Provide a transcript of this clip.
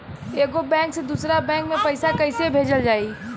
एगो बैक से दूसरा बैक मे पैसा कइसे भेजल जाई?